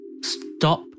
stop